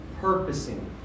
purposing